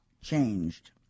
changed